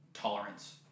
tolerance